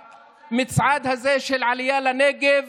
המצעד הזה של עלייה לנגב